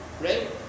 right